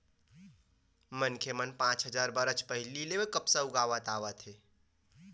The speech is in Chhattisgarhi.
मनखे मन पाँच हजार बछर पहिली ले कपसा उगावत आवत हवय